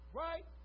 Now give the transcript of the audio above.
right